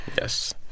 Yes